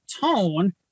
tone